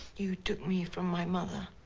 you took me from my mother?